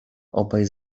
obaj